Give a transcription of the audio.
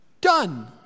Done